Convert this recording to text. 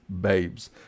babes